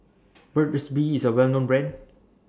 Burt's Bee IS A Well known Brand